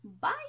Bye